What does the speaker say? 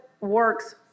works